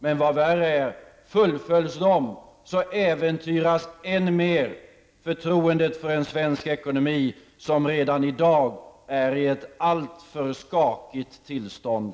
Men vad värre är: Fullföljs de, äventyras ännu mer förtroendet för svensk ekonomi, vilken redan i dag är i ett alltför skakigt tillstånd.